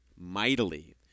mightily